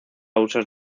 usos